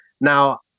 Now